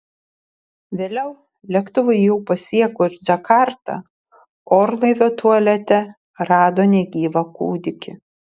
vėliau lėktuvui jau pasiekus džakartą orlaivio tualete rado negyvą kūdikį